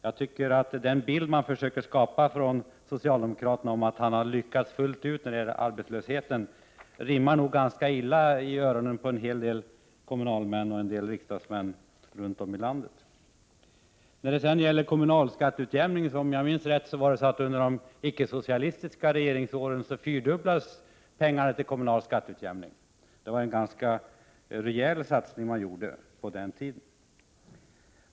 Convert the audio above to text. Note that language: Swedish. Jag tycker att socialdemokraternas tal om att de har lyckats fullt ut när det gäller arbetslösheten ringer ganska illa i öronen på en hel del kommunalmän och en del riksdagsmän från olika delar av landet. Vad beträffar kommunal skatteutjämning vill jag minnas att anslagen för det ändamålet fyrdubblades under de icke-socialistiska regeringsåren. Det var en ganska rejäl satsning som gjordes på den tiden.